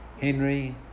Henry